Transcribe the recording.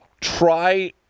try